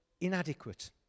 inadequate